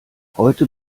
heute